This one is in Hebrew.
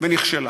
ונכשלה.